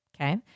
Okay